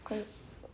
got you